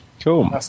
cool